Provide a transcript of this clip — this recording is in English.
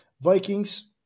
Vikings